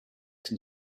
can